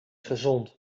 gezond